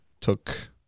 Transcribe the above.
took